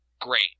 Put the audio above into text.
Great